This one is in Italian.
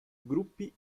gruppi